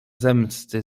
zemsty